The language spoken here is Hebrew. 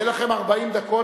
ויהיו לכם 40 דקות,